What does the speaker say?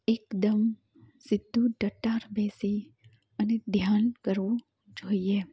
એકદમ સીધું ટટ્ટાર બેસી અને ધ્યાન કરવું જોઈએ